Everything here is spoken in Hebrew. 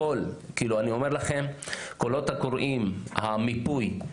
הקולות הקוראים והמיפוי,